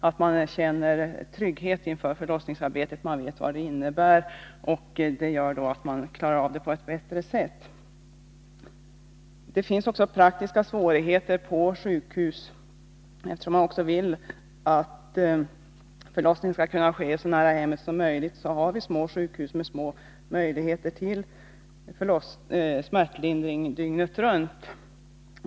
Kvinnorna känner trygghet inför förlossningsarbetet — de vet vad det innebär. Det gör att de klarar av det på ett bättre sätt. Det finns också praktiska svårigheter på sjukhusen. Eftersom vi vill att förlossningarna skall kunna ske så nära hemmet som möjligt, kommer en del kvinnor till små sjukhus, med små möjligheter att ge smärtlindring dygnet runt.